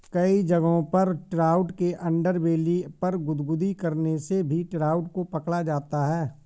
कई जगहों पर ट्राउट के अंडरबेली पर गुदगुदी करने से भी ट्राउट को पकड़ा जाता है